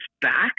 back